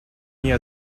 ней